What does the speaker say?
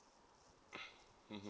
mmhmm